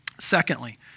Secondly